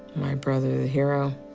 my brother, the hero.